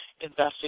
investing